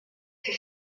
für